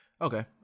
Okay